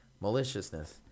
maliciousness